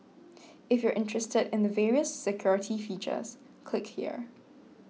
if you're interested in the various security features click here